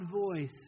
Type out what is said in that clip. voice